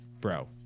bro